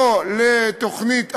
לבוא לתוכנית הכשרה,